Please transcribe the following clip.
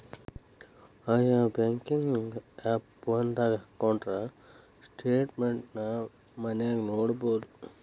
ಆಯಾ ಬ್ಯಾಂಕಿನ್ ಆಪ್ ಫೋನದಾಗ ಹಕ್ಕೊಂಡ್ರ ಸ್ಟೆಟ್ಮೆನ್ಟ್ ನ ಮನ್ಯಾಗ ನೊಡ್ಬೊದು